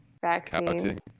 Vaccines